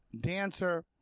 dancer